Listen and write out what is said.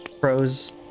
pros